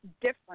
different